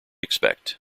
expect